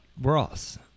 Ross